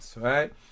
right